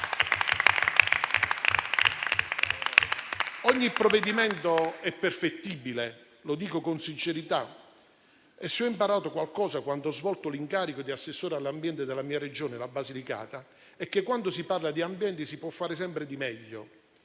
Ogni provvedimento è perfettibile, e lo dico con sincerità. E se ho imparato qualcosa quando ho svolto l'incarico di assessore all'ambiente della mia Regione, la Basilicata, è che, quando si parla di ambiente, si può fare sempre di meglio.